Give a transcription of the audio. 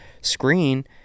screen